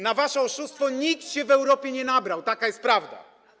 Na wasze oszustwo nikt się w Europie nie nabrał, taka jest prawda.